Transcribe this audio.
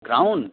gown